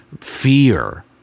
fear